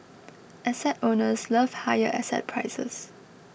asset owners love higher asset prices